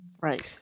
Right